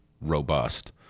robust